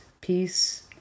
peace